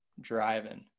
Driving